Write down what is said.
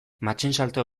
matxinsalto